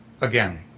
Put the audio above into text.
again